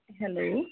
hello